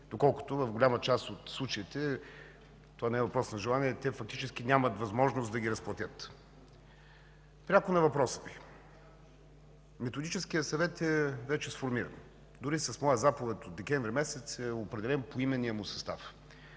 Доколкото в голяма част от случаите, това не е въпрос на желание, те фактически нямат възможност да ги разплатят. Пряко на въпросите Ви. Методическият съвет вече е сформиран. Дори с моя заповед от декември месец е определен поименният му състав.